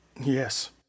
Yes